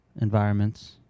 Environments